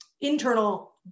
internal